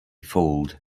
fooled